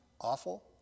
awful